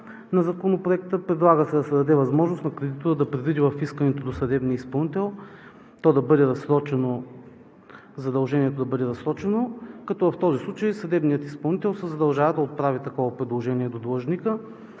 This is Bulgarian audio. на Законопроекта. Предлага се да се даде възможност на кредитора да предвиди в искането до съдебния изпълнител задължението да бъде разсрочено, като в този случай съдебният изпълнител се задължава да отправи такова предложение до длъжника.